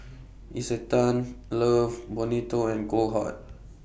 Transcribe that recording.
Isetan Love Bonito and Goldheart